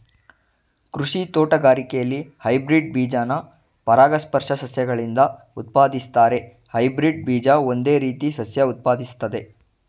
ಕೃಷಿ ತೋಟಗಾರಿಕೆಲಿ ಹೈಬ್ರಿಡ್ ಬೀಜನ ಪರಾಗಸ್ಪರ್ಶ ಸಸ್ಯಗಳಿಂದ ಉತ್ಪಾದಿಸ್ತಾರೆ ಹೈಬ್ರಿಡ್ ಬೀಜ ಒಂದೇ ರೀತಿ ಸಸ್ಯ ಉತ್ಪಾದಿಸ್ತವೆ